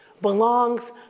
belongs